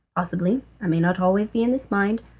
possibly i may not always be in this mind,